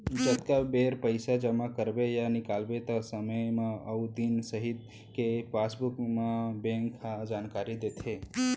जतका बेर पइसा जमा करबे या निकालबे त समे अउ दिनांक सहित ई पासबुक म बेंक ह जानकारी देथे